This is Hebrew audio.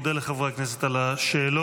אני מודה לחברי הכנסת על השאלות.